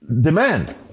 demand